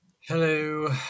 hello